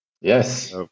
yes